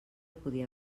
podia